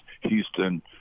Houston